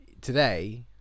today